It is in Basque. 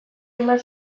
eman